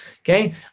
okay